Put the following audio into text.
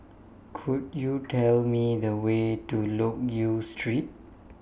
Could YOU Tell Me The Way to Loke Yew Street